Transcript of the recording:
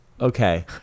Okay